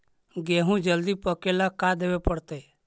गेहूं जल्दी पके ल का देबे पड़तै?